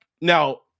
now